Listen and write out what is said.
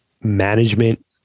management